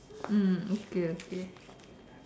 mm okay okay